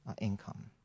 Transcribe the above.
income